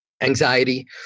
Anxiety